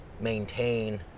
maintain